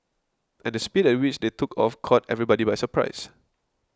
and the speed at which they took off caught everybody by surprise